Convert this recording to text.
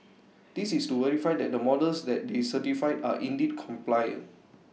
this is to verify that the models that they certified are indeed compliant